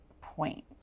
point